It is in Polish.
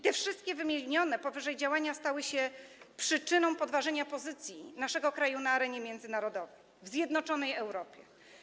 Te wszystkie wymienione powyżej działania stały się przyczyną podważenia pozycji naszego kraju na arenie międzynarodowej w zjednoczonej Europie.